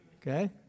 Okay